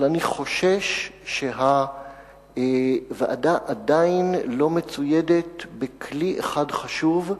אבל אני חושש שהוועדה עדיין לא מצוידת בכלי אחד חשוב,